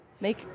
make